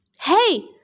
Hey